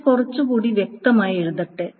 ഞാൻ കുറച്ചുകൂടി വ്യക്തമായി എഴുതട്ടെ